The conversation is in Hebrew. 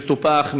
מטופח,